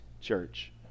church